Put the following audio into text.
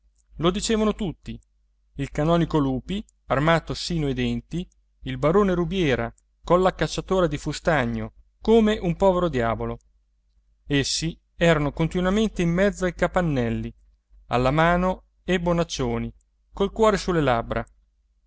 lo dicevano tutti il canonico lupi armato sino ai denti il barone rubiera colla cacciatora di fustagno come un povero diavolo essi erano continuamente in mezzo ai capannelli alla mano e bonaccioni col cuore sulle labbra